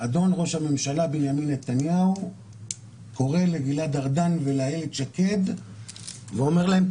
אדון ראש הממשלה בנימין נתניהו קורא לגלעד ארדן ולאילת שקד ואומר להם,